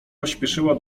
pośpieszyła